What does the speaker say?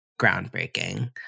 groundbreaking